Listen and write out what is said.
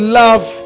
love